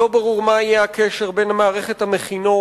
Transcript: לא ברור מה יהיה הקשר בין מערכת המכינות